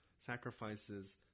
sacrifices